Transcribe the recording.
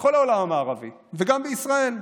בכל העולם המערבי, וגם בישראל.